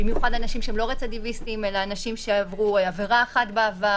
במיוחד אנשים שהם לא רצידיוויסטים אלא אנשים שעברו עבירה אחת בעבר,